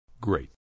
Great